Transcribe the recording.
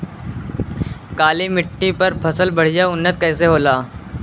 काली मिट्टी पर फसल बढ़िया उन्नत कैसे होला?